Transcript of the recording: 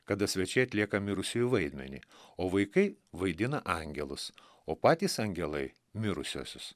kada svečiai atlieka mirusiųjų vaidmenį o vaikai vaidina angelus o patys angelai mirusiuosius